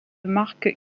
marque